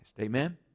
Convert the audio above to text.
Amen